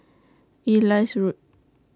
Elias Road